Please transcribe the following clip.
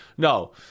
No